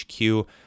HQ